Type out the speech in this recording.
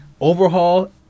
overhaul